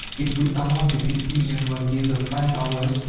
it would amount to fifty million work-days of five hours